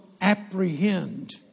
apprehend